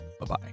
Bye-bye